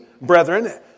brethren